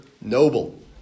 noble